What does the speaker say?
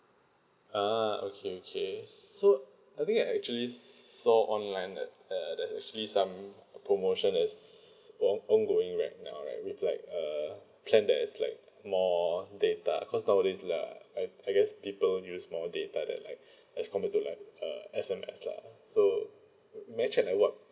ah okay okay so I think I actually saw online that uh that actually some promotion is on~ ongoing right now right with like uh plan that is like more data cause nowadays lah I I guess people use more data that like as compared to like uh S_M_S lah so m~ may I check like what